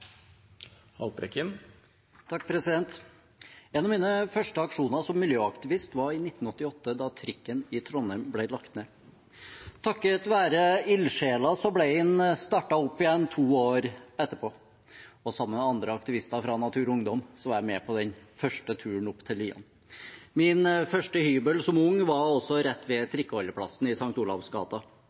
En av mine første aksjoner som miljøaktivist var i 1988 da trikken i Trondheim ble lagt ned. Takket være ildsjeler ble den startet opp igjen to år etterpå. Og sammen med andre aktivister fra Natur og Ungdom var jeg med på den første turen opp til Lian. Min første hybel som ung var også rett ved trikkeholdeplassen i